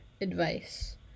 advice